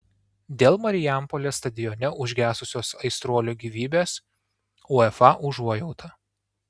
dėl marijampolės stadione užgesusios aistruolio gyvybės uefa užuojauta